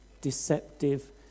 deceptive